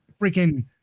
freaking